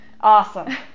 Awesome